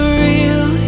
real